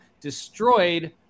destroyed